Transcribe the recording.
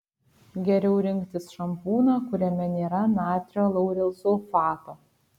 geriau rinktis šampūną kuriame nėra natrio laurilsulfato